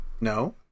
No